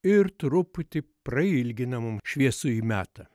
ir truputį prailgina mum šviesųjį metą